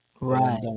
Right